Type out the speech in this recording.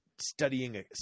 studying